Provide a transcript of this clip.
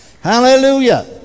Hallelujah